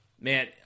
man